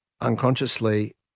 unconsciously